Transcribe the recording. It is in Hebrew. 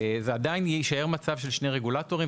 עדיין יישאר מצב של שני רגולטורים,